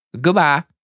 Goodbye